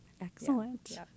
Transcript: Excellent